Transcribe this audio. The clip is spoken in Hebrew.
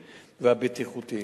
אכן, בעד, 8, אין מתנגדים.